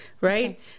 right